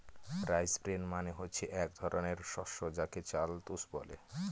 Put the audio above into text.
rice bran মানে হচ্ছে এক ধরনের শস্য যাকে চাল তুষ বলে